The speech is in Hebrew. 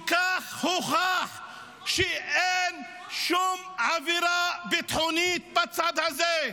כך הוכח שאין שום עבירה ביטחונית בצד הזה.